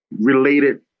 related